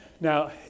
Now